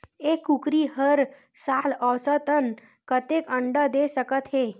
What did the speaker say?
एक कुकरी हर साल औसतन कतेक अंडा दे सकत हे?